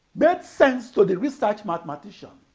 but sense to the research mathematician.